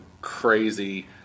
crazy